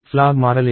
flag మారలేదు